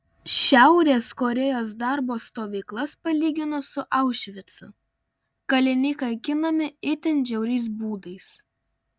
šiaurės korėjos darbo stovyklas palygino su aušvicu kaliniai kankinami itin žiauriais būdais